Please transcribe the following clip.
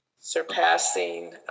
surpassing